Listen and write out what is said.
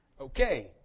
okay